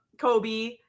Kobe